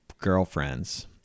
girlfriends